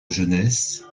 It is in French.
jeunesse